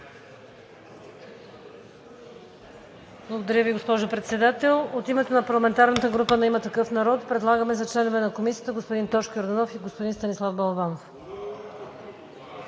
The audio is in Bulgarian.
Благодаря Ви, госпожо Председател. От името на парламентарната група на „Има такъв народ“ предлагаме за членове на Комисията господин Тошко Йорданов и господин Станислав Балабанов.